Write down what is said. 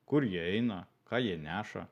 kur jie eina ką jie neša